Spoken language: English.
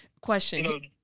Question